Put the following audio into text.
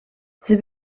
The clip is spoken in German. sie